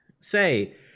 say